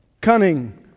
cunning